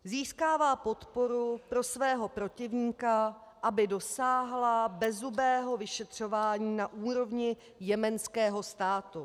Získává podporu pro svého protivníka, aby dosáhla bezzubého vyšetřování na úrovni jemenského státu.